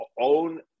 own